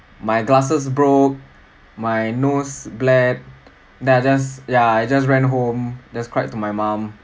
my glasses broke my nose bled then I just ya I just ran home just cried to my mum